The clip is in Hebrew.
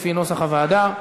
לפי נוסח הוועדה.